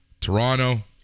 toronto